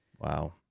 Wow